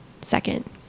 second